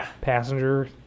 passenger